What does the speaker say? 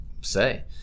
say